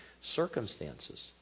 circumstances